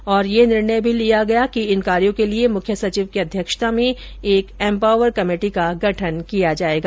बैठक में निर्णय लिया गया कि इन कार्यो के लिये मुख्य सचिव की अध्यक्षता में एम्पावर कमेटी का गठन किया जायेगा